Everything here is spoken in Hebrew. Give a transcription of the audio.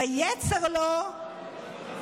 ויצר לו,